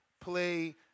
play